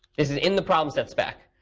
this is in the problem set spec.